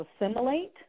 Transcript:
assimilate